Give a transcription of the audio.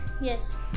Yes